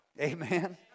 Amen